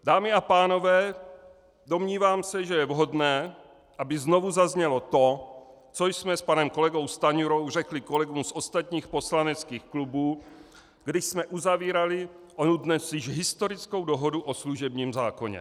Dámy a pánové, domnívám se, že je vhodné, aby znovu zaznělo to, co jsme s panem kolegou Stanjurou řekli kolegům z ostatních poslaneckých klubů, když jsme uzavírali onu dnes již historickou dohodu o služebním zákoně.